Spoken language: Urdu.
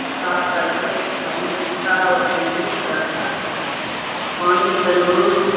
صاف کر کے آدمی پیتا ہے وہ تندرست رہتا ہے پانی تندرست